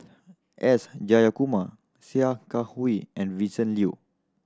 S Jayakumar Sia Kah Hui and Vincent Leow